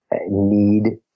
need